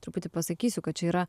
truputį pasakysiu kad čia yra